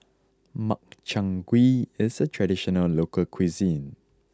Makchang Gui is a traditional local cuisine